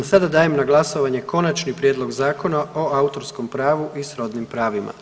Sada dajem na glasovanje Konačni prijedlog Zakona o Autorskom pravu i srodnim pravima.